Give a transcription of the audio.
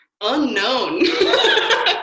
Unknown